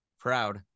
proud